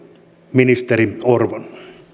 ministeri orpon